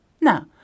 Now